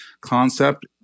concept